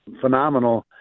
phenomenal